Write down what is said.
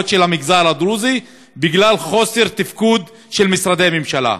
של המגזר הדרוזי בגלל חוסר תפקוד של משרדי ממשלה.